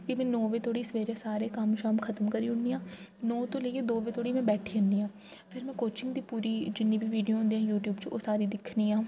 की में नौ बेऽ धोड़ी सबैह्रे सारे कम्म शम्म ख़तम करी ओड़नी आं नौ तो लेइयै दो बेऽ धोड़ी में बैठी ज'न्नी आं फिर में कोचिंग दी पूरी जि'न्नी बी वीडियो होंदी यूट्यूब च ओह् सारी दिक्खनी आं